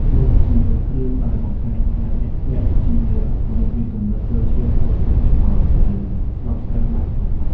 វាជាគ្រឿងដែលបង្ហាញថាអ្នកពាក់ជាមនុស្សមានគំនិតជ្រៅជ្រះ ចេះគិតឆ្ងល់ និងស្ងប់ស្ងាត់បែបសិល្បៈ។